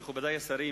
מכובדי השרים,